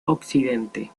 occidente